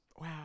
Wow